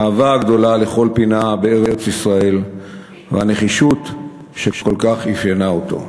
האהבה הגדולה לכל פינה בארץ-ישראל והנחישות שכל כך אפיינה אותו.